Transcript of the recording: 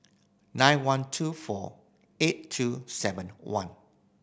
nine one two four eight two seven one